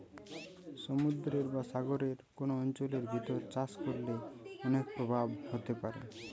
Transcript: সমুদ্রের বা সাগরের কোন অঞ্চলের ভিতর চাষ করলে অনেক প্রভাব হতে পারে